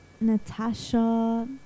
natasha